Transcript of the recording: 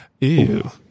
ew